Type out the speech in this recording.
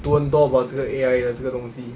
读很多 about 这个 A_I 的这个东西